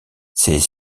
ses